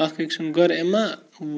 اَکھ أکۍ سُنٛد گَرٕ اِما